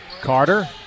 Carter